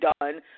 done